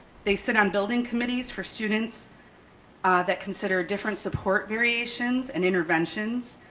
they sit on building committees for students that consider different support variations and interventions.